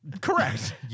Correct